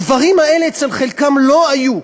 הדברים האלה אצל חלקם לא היו.